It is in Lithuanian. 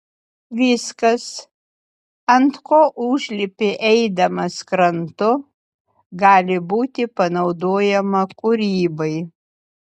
viskas ant ko užlipi eidamas krantu gali būti panaudojama kūrybai